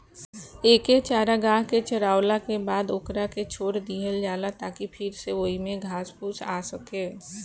एके चारागाह के चारावला के बाद ओकरा के छोड़ दीहल जाला ताकि फिर से ओइमे घास फूस आ सको